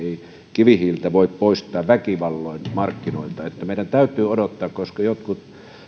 kivihiiltä voi poistaa väkivalloin markkinoilta meidän täytyy odottaa koska jotkut